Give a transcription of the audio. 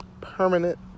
Permanent